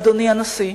אדוני הנשיא,